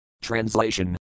Translation